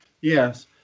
Yes